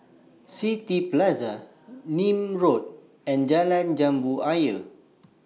City Plaza Nim Road and Jalan Jambu Ayer